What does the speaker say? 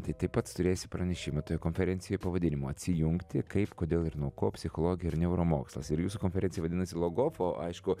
tai taip pat turėsi pranešimą konferencijoj pavadinimu atsijungti kaip kodėl ir nuo ko psichologija ir neuromokslas ir jūsų konferencija vadinasi logof o aišku